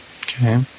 Okay